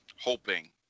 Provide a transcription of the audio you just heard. hoping